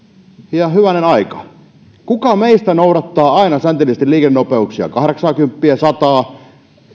ja hyvänen aika kuka meistä noudattaa aina säntillisesti liikennenopeuksia kahdeksaakymppiä sataa